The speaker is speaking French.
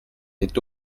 est